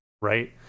right